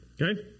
okay